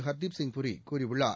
her Deep Singh Puri கூறியுள்ளார்